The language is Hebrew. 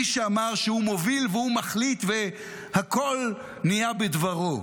מי שאמר שהוא מוביל והוא מחליט והכול נהיה בדברו,